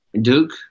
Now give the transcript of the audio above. Duke